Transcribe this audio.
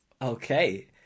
Okay